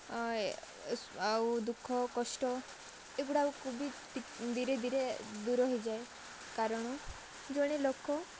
ଆଉ ଦୁଃଖ କଷ୍ଟ ଏଗୁଡ଼ାକ ବି ଧୀରେ ଧୀରେ ଦୂର ହୋଇଯାଏ କାରଣ ଜଣେ ଲୋକ